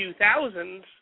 2000s